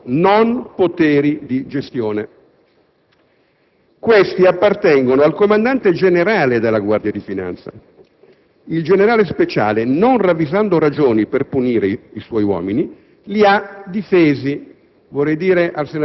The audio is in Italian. Sono debitore di questa ricostruzione ad un illuminante intervento del ministro Di Pietro, non è una ricostruzione di parte. Noi ci domandiamo: perché mai il Vice ministro si è interessato con tanta premura di questi trasferimenti?